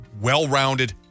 well-rounded